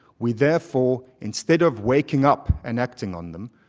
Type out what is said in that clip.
we therefore, instead of waking up and acting on them,